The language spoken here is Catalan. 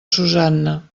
susanna